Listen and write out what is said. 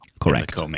Correct